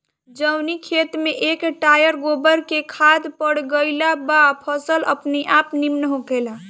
जवनी खेत में एक टायर गोबर के खाद पड़ गईल बा फसल अपनेआप निमन होखेला